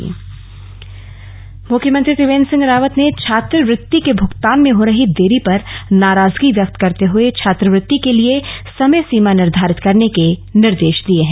समाज कल्याण बैठक मुख्यमंत्री त्रिवेन्द्र सिंह रावत ने छात्रवृत्ति के भूगतान में हो रही देरी पर नाराजगी व्यक्त करते हुए छात्रवृत्ति के लिए समय सीमा निर्धारित करने के निर्देश दिये हैं